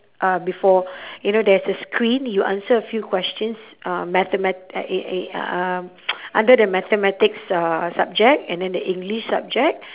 uh before you know there's a screen you answer a few questions uh mathema~ uh e~ e~ e~ uh under the mathematics uh subject and then the english subject